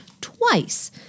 twice